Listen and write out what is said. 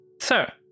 Sir